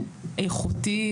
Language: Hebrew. איכותי,